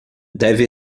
deve